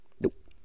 Nope